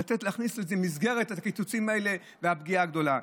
להכניס את זה במסגרת הקיצוצים האלה והפגיעה הגדולה.